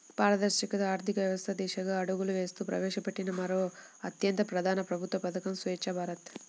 పారదర్శక ఆర్థిక వ్యవస్థ దిశగా అడుగులు వేస్తూ ప్రవేశపెట్టిన మరో అత్యంత ప్రధాన ప్రభుత్వ పథకం స్వఛ్చ భారత్